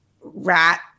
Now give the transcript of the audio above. rat